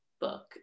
book